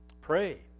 Pray